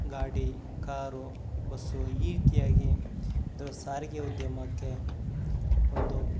ಗಾಡಿ car bus ಈ ರೀತಿಯಾಗಿ ಸಾರಿಗೆ ಉದ್ಯಮಕ್ಕೆ ಒಂದು